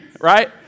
right